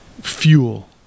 Fuel